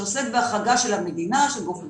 שעוסק בהחרגה של המדינה, של גוף מתוקצב,